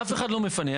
אף אחד לא מפנה.